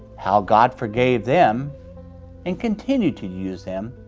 how god forgave them and continued to use them,